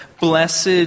blessed